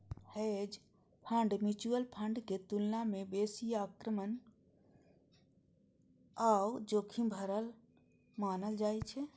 hedge fund mutual फंडक तुलना मे बेसी आक्रामक आ जोखिम भरल मानल जाइ छै